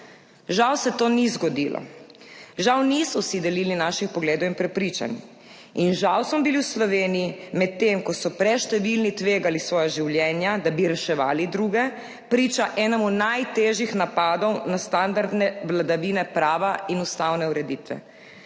Žal se to ni zgodilo. Žal niso vsi delili naših pogledov in prepričanj. In žal smo bili v Sloveniji, medtem ko so preštevilni tvegali svoja življenja, da bi reševali druge, priča enemu najtežjih napadov na standarde vladavine prava in ustavne ureditve.